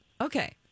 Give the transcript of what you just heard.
Okay